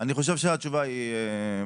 אני חושב שהתשובה היא מקובלת.